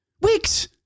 Weeks